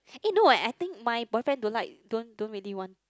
eh no eh I think my boyfriend don't like don't don't really want